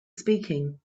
speaking